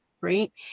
right